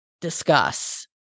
Discuss